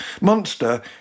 Monster